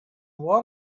what